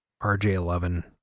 RJ11